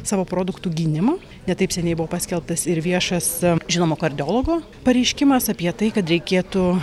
savo produktų gynimo ne taip seniai buvo paskelbtas ir viešas žinomo kardiologo pareiškimas apie tai kad reikėtų